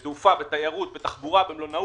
בתעופה, בתיירות, בתחבורה, במלונאות.